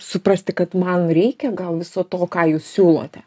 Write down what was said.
suprasti kad man reikia gal viso to ką jūs siūlote